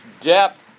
depth